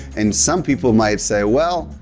and some people might say, well,